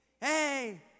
hey